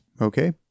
Okay